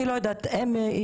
אני לא יודעת, הם התייחסו.